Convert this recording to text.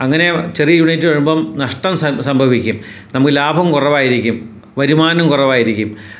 അങ്ങനെ ചെറിയ യൂണിറ്റ് വരുമ്പം നഷ്ടം സംഭവിക്കും നമുക്ക് ലാഭം കുറവായിരിക്കും വരുമാനം കുറവായിരിക്കും